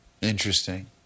Interesting